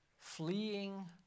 fleeing